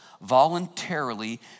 voluntarily